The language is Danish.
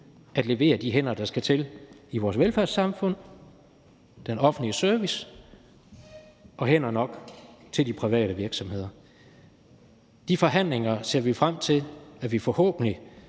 at levere de hænder, der skal til i vores velfærdssamfund i den offentlige service og hænder nok til de private virksomheder. De forhandlinger ser vi frem til at vi forhåbentlig